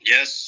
Yes